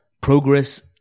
Progress